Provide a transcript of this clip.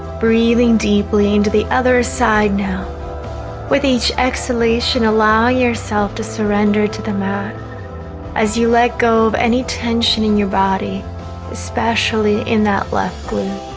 breathing deeply into the other side now with each exhalation allow yourself to surrender to the mat as you let go of any tension in your body especially in that left wing